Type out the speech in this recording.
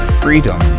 freedom